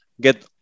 get